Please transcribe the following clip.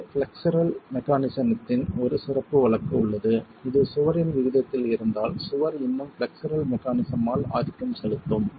இந்த பிளக்ஸர் மெக்கானிஸத்தின் ஒரு சிறப்பு வழக்கு உள்ளது இது சுவரின் விகிதத்தில் இருந்தால் சுவர் இன்னும் பிளக்ஸர் மெக்கானிசம் ஆல் ஆதிக்கம் செலுத்தும்